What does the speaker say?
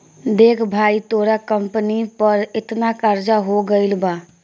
देख भाई तोरा कंपनी पर एतना कर्जा हो गइल बा